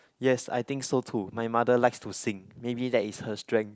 yes I think so too my mother likes to sing maybe that is her strength